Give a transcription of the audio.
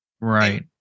Right